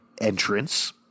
entrance